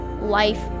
life